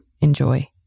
enjoy